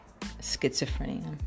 schizophrenia